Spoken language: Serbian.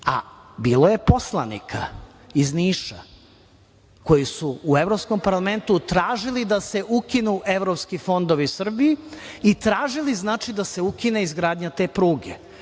a bilo je poslanika iz Niša koji su u Evropskom parlamentu tražili da se ukinu evropski fondovi Srbiji i tražili da se ukine izgradnja te pruge. Da